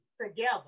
Together